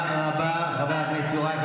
מוטב לך שתגנה, עם